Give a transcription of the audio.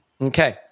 Okay